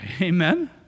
Amen